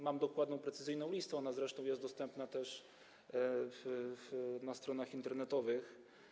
Mam dokładną, precyzyjną listę, ona zresztą jest dostępna na stronach internetowych.